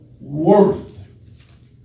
worth